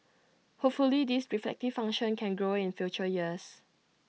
hopefully this reflective function can grow in future years